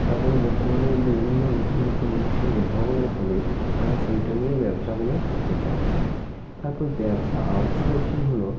তারপরে বর্তমানে বিভিন্ন নতুন নতুন জিনিসের উদ্ভাবনের ফলে তারা সেইটা নিয়েই ব্যবসাগুলো করতে চাইছে তারপর ব্যবসা আউটসোর্সিং হলো